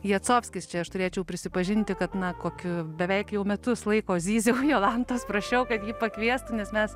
jacovskis čia aš turėčiau prisipažinti kad na kokių beveik jau metus laiko zyziau jolantos prašiau kad jį pakviestų nes mes